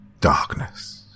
Darkness